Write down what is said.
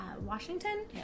Washington